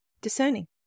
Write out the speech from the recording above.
discerning